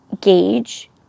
gauge